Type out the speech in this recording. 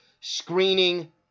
screening